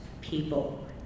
people